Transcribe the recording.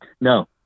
No